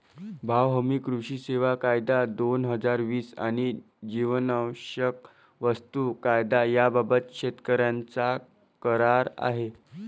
भाव हमी, कृषी सेवा कायदा, दोन हजार वीस आणि जीवनावश्यक वस्तू कायदा याबाबत शेतकऱ्यांचा करार आहे